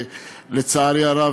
לצערי הרב,